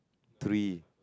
three